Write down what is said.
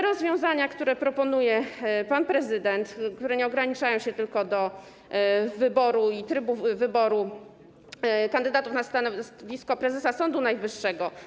Rozwiązania, które proponuje pan prezydent, nie ograniczają się tylko do kwestii wyboru i trybu wyboru kandydatów na stanowisko prezesa Sądu Najwyższego.